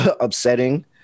upsetting